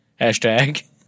hashtag